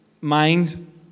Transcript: mind